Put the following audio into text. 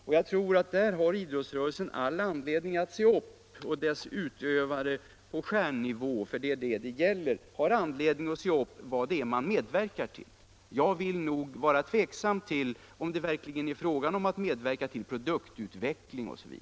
Där tror jag idrottsrörelsen har all anledning att se upp och att dess utövare på stjärnnivå — det är dem det gäller — har anledning att undersöka vad det är vi medverkar till. Jag ställer mig tveksam till påståendet att man därigenom medverkar till produktutveckling.